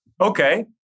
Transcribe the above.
Okay